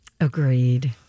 Agreed